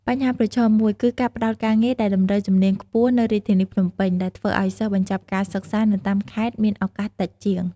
បញ្ហាប្រឈមមួយគឺការផ្តោតការងារដែលតម្រូវជំនាញខ្ពស់នៅរាជធានីភ្នំពេញ ដែលធ្វើឲ្យសិស្សបញ្ចប់ការសិក្សានៅតាមខេត្តមានឱកាសតិចជាង។